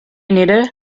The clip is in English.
needed